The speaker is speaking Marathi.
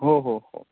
हो हो हो